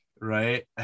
right